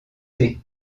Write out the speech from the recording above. thé